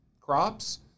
crops